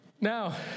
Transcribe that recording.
Now